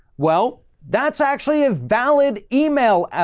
well, that's actually a valid email.